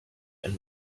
and